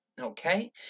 Okay